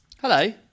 Hello